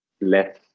less